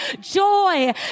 joy